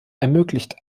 ermöglicht